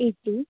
eight two